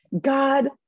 God